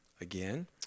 again